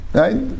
right